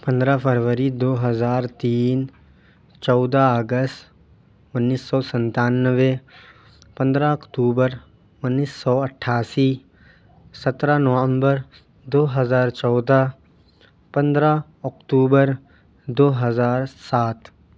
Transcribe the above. پندرہ فروری دو ہزار تین چودہ اگست انیس سو سنتانوے پندرہ اکتوبر انیس سو اٹھاسی سترہ نومبر دو ہزار چودہ پندرہ اکتوبر دو ہزار سات